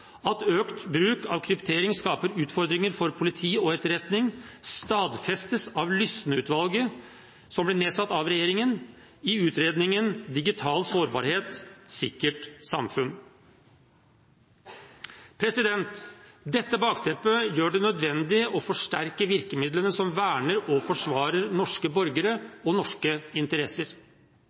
At økt bruk av kryptering skaper utfordringer for politi og etterretning, stadfestes av Lysneutvalget, som ble nedsatt av regjeringen, i utredningen Digital sårbarhet – sikkert samfunn. Dette bakteppet gjør det nødvendig å forsterke virkemidlene som verner og forsvarer norske borgere og norske interesser.